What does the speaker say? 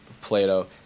Plato